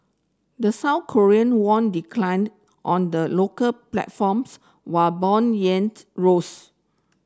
the South Korean won declined on the local platforms while bond rose